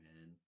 man